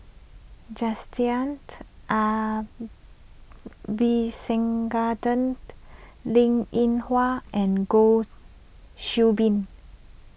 Jacintha Abisheganaden Linn in Hua and Goh Qiu Bin